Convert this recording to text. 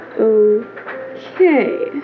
Okay